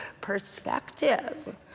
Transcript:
perspective